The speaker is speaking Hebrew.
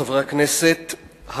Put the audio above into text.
חברי הכנסת,